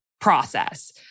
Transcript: process